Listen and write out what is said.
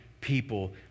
people